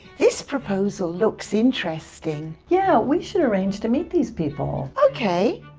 this proposal looks interesting. yeah, we should arrange to meet these people. ok.